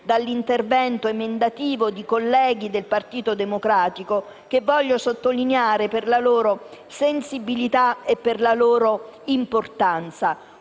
dall'intervento emendativo di colleghi del Gruppo Partito Democratico, che voglio sottolineare per la loro sensibilità e per la loro importanza.